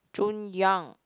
Jun-Yang